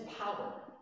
power